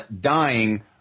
dying